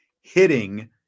hitting